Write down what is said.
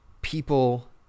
people